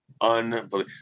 unbelievable